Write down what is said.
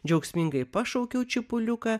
džiaugsmingai pašaukiau čipuliuką